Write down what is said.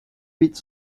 huit